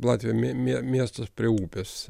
latvija mie mie miestas prie upės